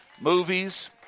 movies